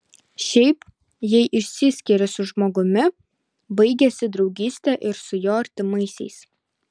šiaip jei išsiskiri su žmogumi baigiasi draugystė ir su jo artimaisiais